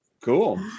Cool